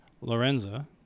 Lorenza